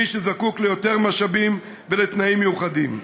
מי שזקוק ליותר משאבים ולתנאים מיוחדים.